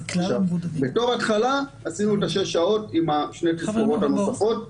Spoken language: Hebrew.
בתור התחלה עשינו את השש שעות עם שתי התזכורות הנוספות.